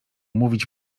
mówić